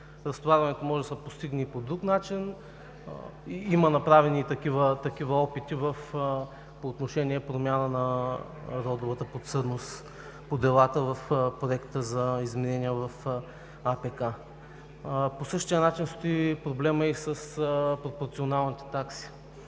Разтоварването може да се постигне и по друг начин. Има направени такива опити по отношение на промяната на родовата подсъдност по делата в Проекта за изменения в АПК. По същия начин стои и проблемът с пропорционалните такси.